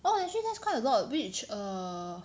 !wah! actually that's quite a lot which err